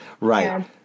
Right